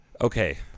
Okay